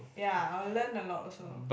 ya I'll learn a lot also